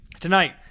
Tonight